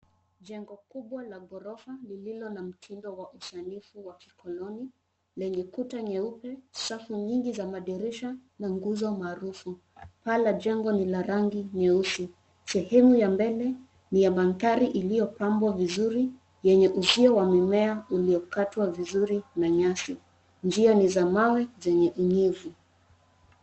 Jengo kubwa la ghorofa lililo na mtindo wa usanifu wa kikoloni lenye kuta nyeupe, safu nyingi za madirisha na nguzo maarufu. Paa la jengo ni la rangi nyeusi. Sehemu ya mbele ni ya mandhari iliyopambwa vizuri, yenye uzio wa mimea uliokatwa vizuri na nyasi. Njia ni za mawe zenye unyevu.